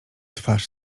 twarz